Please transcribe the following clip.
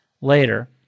Later